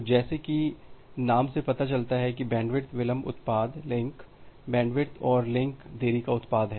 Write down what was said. तो जैसा कि नाम से पता चलता है कि बैंडविड्थ विलंब उत्पाद लिंक बैंडविड्थ और लिंक देरी का उत्पाद है